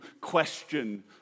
question